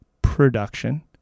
Production